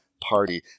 party